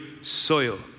soil